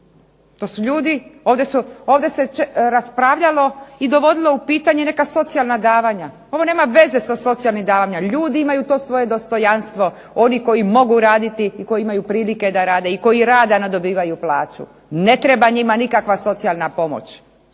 slučajeve. Ovdje se raspravljalo i dovodilo u pitanja neka socijalna davanja. Ovo nema veze sa socijalnim davanjem. Ljudi imaju svoje dostojanstvo, oni koji mogu raditi i koji imaju prilike da rade i koji rade a ne dobivaju plaću. Ne treba njima nikakva socijalna pomoć